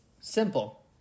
Simple